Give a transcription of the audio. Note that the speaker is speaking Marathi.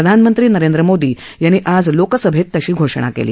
प्रधानमंत्री नरेंद्र मोदी यांनी आज लोकसभेत तशी घोषणा केली